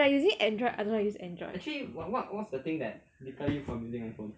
when I using Android I don't like use Android